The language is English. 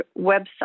website